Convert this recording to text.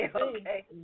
okay